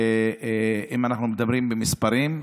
אם אנחנו מדברים במספרים,